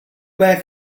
back